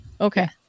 Okay